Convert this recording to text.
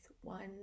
one